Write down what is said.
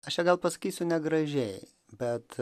aš čia gal pasakysiu negražiai bet